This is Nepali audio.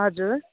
हजुर